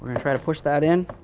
to try to push that in,